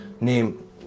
name